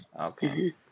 Okay